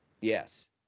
Yes